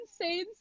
insane